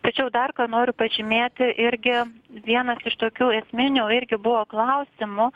tačiau dar noriu pažymėti irgi vienas iš tokių esminių irgi buvo klausimų